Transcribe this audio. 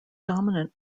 dominant